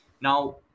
Now